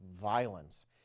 violence